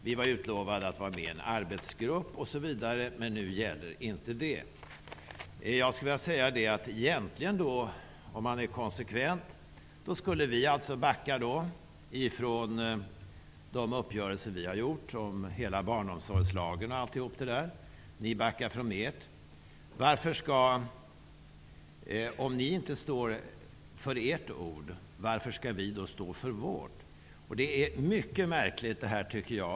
Vi var utlovade att vara med i en arbetsgrupp, men nu gäller inte det. Om vi vore konsekventa skulle vi egentligen backa från de uppgörelser som vi har gjort om hela barnomsorgslagen och allt det. Ni backar från era uppgörelser. Om ni inte står för ert ord, varför skall vi då stå för vårt? Detta är mycket märkligt, tycker jag.